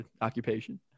occupation